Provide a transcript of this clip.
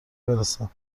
برسن